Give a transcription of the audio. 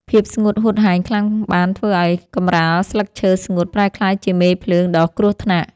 ភាពស្ងួតហួតហែងខ្លាំងបានធ្វើឱ្យកម្រាលស្លឹកឈើស្ងួតប្រែក្លាយជាមេភ្លើងដ៏គ្រោះថ្នាក់។